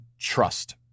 Trust